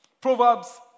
Proverbs